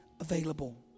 available